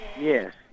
Yes